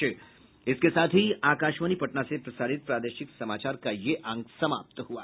इसके साथ ही आकाशवाणी पटना से प्रसारित प्रादेशिक समाचार का ये अंक समाप्त हुआ